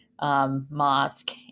Mosque